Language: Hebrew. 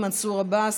מנסור עבאס,